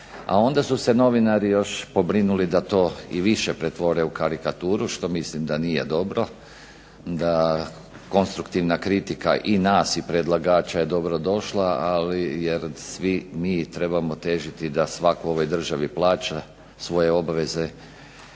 onda su se novinari još pobrinuli da to i više pretvore u karikaturu što mislim da nije dobro. Da konstruktivna kritika i nas i predlagača je dobrodošla, ali jer svi mi trebamo težiti da svak u ovoj državi plaća svoje obveze